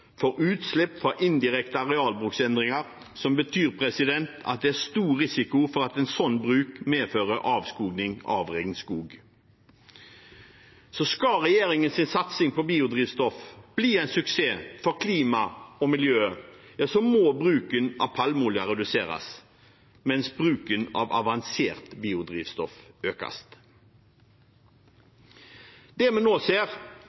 for utslipp fra indirekte arealbruksendringer, som betyr at det er stor risiko for at en sånn bruk medfører avskoging av regnskog. Skal regjeringens satsing på biodrivstoff bli en suksess for klima og miljø, må bruken av palmeolje reduseres, mens bruken av avansert biodrivstoff økes. Det vi nå ser,